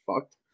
fucked